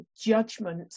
judgment